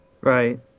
Right